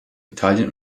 italien